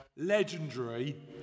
Legendary